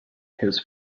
his